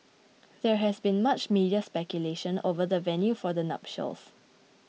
there has been much media speculation over the venue for the nuptials